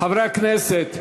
חברי הכנסת.